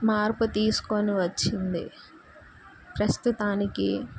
మార్పు తీసుకొని వచ్చింది ప్రస్తుతానికి